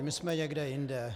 My jsme někde jinde.